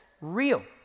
real